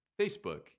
Facebook